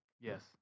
Yes